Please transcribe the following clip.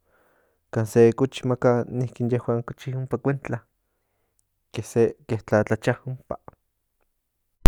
Kan se cochi maka cochi ompa kuentla le se ke tlatlacha ompa